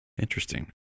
interesting